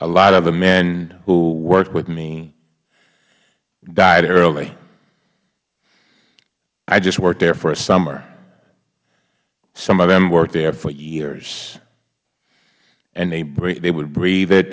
a lot of the men who worked with me died early i just worked there for a summer some of them worked there for years and they would breathe it